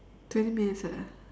twenty minutes eh